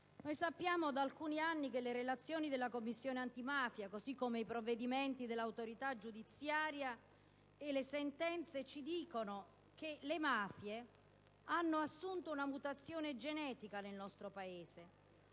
Ministro, da alcuni anni le relazioni delle Commissioni antimafia, così come i provvedimenti dell'autorità giudiziaria e le sentenze ci dicono che le mafie hanno avuto una mutazione genetica nel nostro Paese